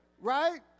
Right